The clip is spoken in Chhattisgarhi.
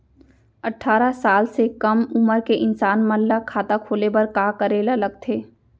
अट्ठारह साल से कम उमर के इंसान मन ला खाता खोले बर का करे ला लगथे?